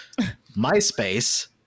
Myspace